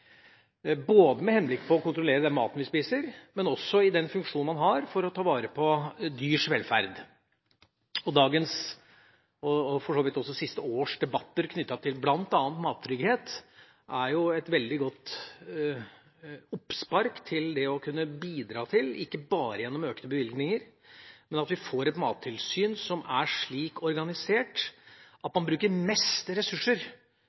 både med henblikk på å kontrollere den maten vi spiser, og den funksjon man har for å ta vare på dyrs velferd. Dagens debatt, og for så vidt også de siste års debatter knyttet til bl.a. mattrygghet, er et veldig godt oppspark til det å kunne bidra – ikke bare gjennom økte bevilgninger – til at vi får et mattilsyn som er slik organisert at man bruker mest ressurser